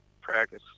Practice